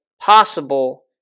possible